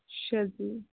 ਅੱਛਾ ਜੀ